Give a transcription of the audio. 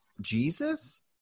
Jesus